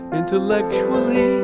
intellectually